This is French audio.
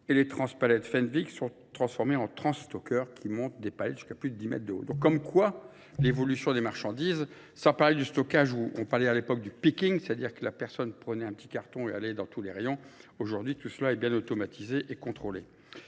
Et les trans-palettes Fendviks sont transformées en trans-stockeurs qui montent des palettes jusqu'à plus de 10 mètres de haut. Donc comme quoi l'évolution des marchandises, sans parler du stockage où on parlait à l'époque du picking, c'est-à-dire que la personne prenait un petit carton et allait dans tous les rayons, aujourd'hui tout cela... bien automatisée et contrôlée.